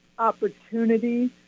opportunity